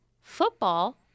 football